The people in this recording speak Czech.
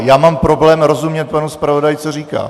Já mám problém rozumět panu zpravodaji, co říká.